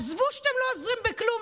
עזבו שאתם לא עוזרים בכלום,